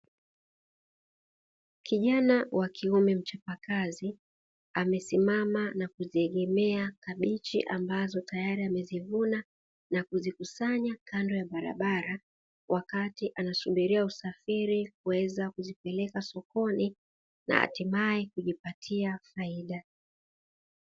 Kijana wa kiume mchapakazi amesimama na kuziegemea kabichi, ambazo tayari amezivuna na kuzikusanya kando ya barabara wakati anasubiria usafiri kuweza kuzipeleka sokoni na hatimaye kujipatia faida.